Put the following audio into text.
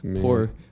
Poor